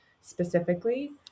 specifically